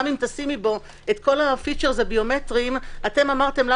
גם אם תשימו בו את כל הפיצ'רס הביומטריים אתם חינכתם